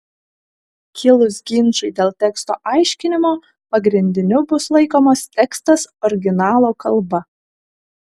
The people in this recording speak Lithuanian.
kilus ginčui dėl teksto aiškinimo pagrindiniu bus laikomas tekstas originalo kalba